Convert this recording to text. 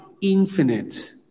infinite